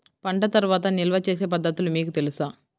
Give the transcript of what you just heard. పంట తర్వాత నిల్వ చేసే పద్ధతులు మీకు తెలుసా?